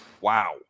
Wow